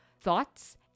thoughts